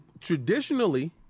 traditionally